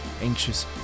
anxious